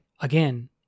again